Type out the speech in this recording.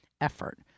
effort